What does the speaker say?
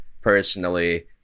personally